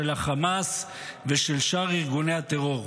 של החמאס ושל שאר ארגוני הטרור.